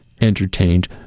entertained